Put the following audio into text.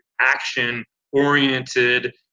action-oriented